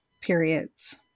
periods